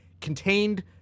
contained